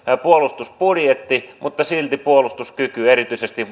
puolustusbudjetti mutta silti puolustuskyky erityisesti